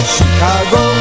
Chicago